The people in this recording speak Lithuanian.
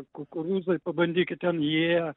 kukurūzai pabandykit ten įėję